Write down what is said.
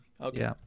okay